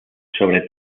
sobre